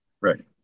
Right